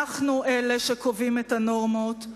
אנחנו אלה שקובעים את הנורמות,